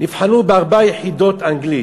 נבחנו בארבע יחידות אנגלית.